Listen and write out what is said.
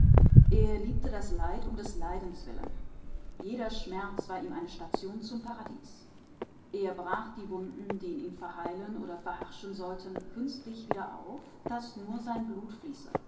er liebte das leid um des leides willen jeder schmerz war ihm eine station zum paradies er riß die wunden die in ihm verheilen oder verharschen wollten künstlich wieder auf daß nur sein blut